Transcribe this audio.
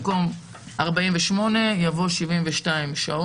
במקום "48 שעות" יבוא "72 שעות"."